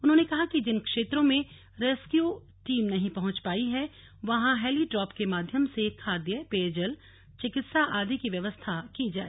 उन्होंने कहा कि जिन क्षेत्रों में रेस्क्यू टीम नहीं पहुंच पाई है वहां हेली ड्रॉप के माध्यम से खाद्य पेयजल चिकित्सा आदि की व्यवस्था की जाए